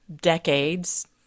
decades